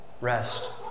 Rest